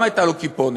גם הייתה לו כיפונת.